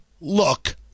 look